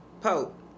Pope